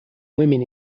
women